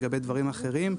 לגבי דברים אחרים.